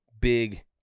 big